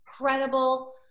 incredible